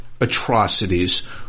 atrocities